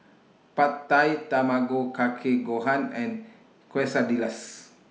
Pad Thai Tamago Kake Gohan and Quesadillas